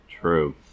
True